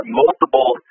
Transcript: multiple